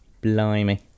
blimey